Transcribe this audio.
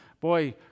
boy